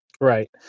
Right